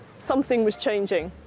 something was changing,